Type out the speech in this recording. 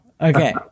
Okay